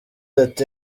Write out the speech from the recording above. ati